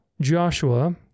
Joshua